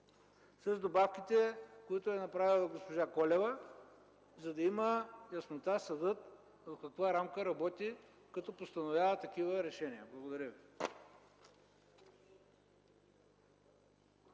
с добавките, които е направила госпожа Колева, за да има съдът яснота в каква рамка работи като постановява такива решения. Благодаря Ви.